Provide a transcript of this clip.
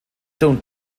don’t